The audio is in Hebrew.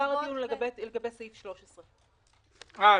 עיקר הדיון הוא לגבי סעיף 13. אה,